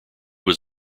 was